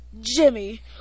Jimmy